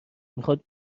میخواد